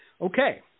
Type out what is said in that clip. okay